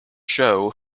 show